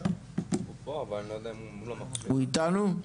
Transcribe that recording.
הוא איתנו?